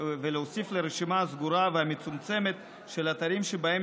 ולהוסיף לרשימה הסגורה והמצומצמת של אתרים שבהם